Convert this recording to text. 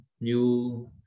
new